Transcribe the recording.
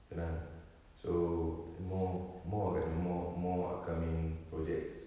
tenang ah so more more of and more more upcoming projects